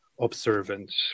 observant